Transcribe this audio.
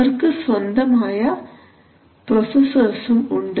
അവയ്ക്ക് സ്വന്തമായ പ്രൊസസ്സർസ്സും ഉണ്ട്